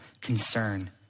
concern